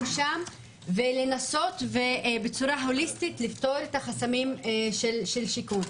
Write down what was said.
שם ולנסות בצורה הוליסטית לפתור את החסמים של שיכון,